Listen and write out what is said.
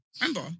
Remember